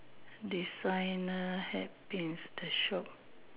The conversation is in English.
designer hat Pins the shop